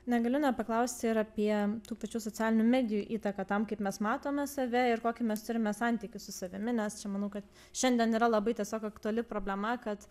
negaliu nepaklausti ir apie tų pačių socialinių medijų įtaką tam kaip mes matome save ir kokį mes turime santykį su savimi nes čia manau kad šiandien yra labai tiesiog aktuali problema kad